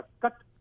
cut